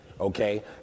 Okay